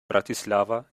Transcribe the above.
bratislava